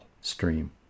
stream